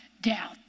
doubt